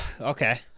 Okay